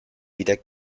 wieder